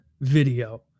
video